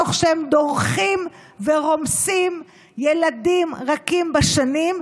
תוך שהם דורכים ורומסים ילדים רכים בשנים,